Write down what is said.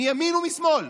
מימין ומשמאל,